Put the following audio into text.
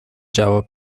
جواب